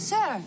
Sir